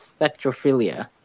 spectrophilia